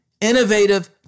innovative